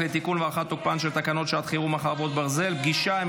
תוקפן של תקנות שעת חירום (חרבות ברזל) (פגישה עם